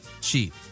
cheap